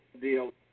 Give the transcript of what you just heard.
deal